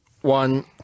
one